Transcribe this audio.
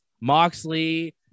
Moxley